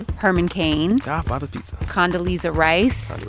ah herman cain. godfather pizza. condoleezza rice.